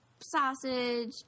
sausage